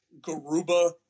Garuba